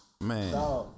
Man